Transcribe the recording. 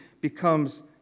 becomes